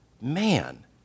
Man